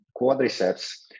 quadriceps